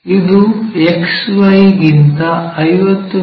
ಇದು XY ಗಿಂತ 50 ಮಿ